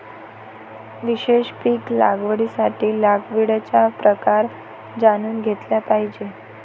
विशेष पीक लागवडीसाठी लागवडीचा प्रकार जाणून घेतला पाहिजे